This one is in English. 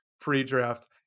pre-draft